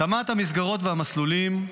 התאמת המסגרות והמסלולים,